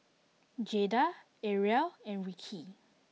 Jaeda Arielle and Ricki